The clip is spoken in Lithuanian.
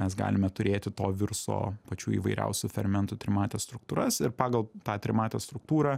mes galime turėti to viruso pačių įvairiausių fermentų trimates struktūras ir pagal tą trimatę struktūrą